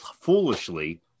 foolishly